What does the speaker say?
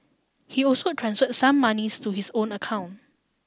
he also transferred some monies to his own account